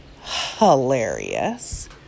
hilarious